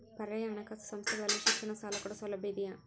ಪರ್ಯಾಯ ಹಣಕಾಸು ಸಂಸ್ಥೆಗಳಲ್ಲಿ ಶಿಕ್ಷಣ ಸಾಲ ಕೊಡೋ ಸೌಲಭ್ಯ ಇದಿಯಾ?